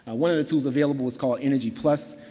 ah one of the tools available was called energy plus.